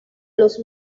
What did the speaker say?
los